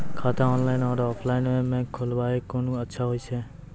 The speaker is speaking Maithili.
खाता ऑनलाइन और ऑफलाइन म खोलवाय कुन अच्छा छै?